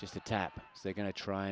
just a tap they're going to try